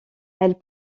elle